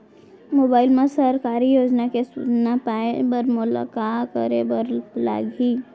mobile मा सरकारी योजना के सूचना पाए बर मोला का करे बर लागही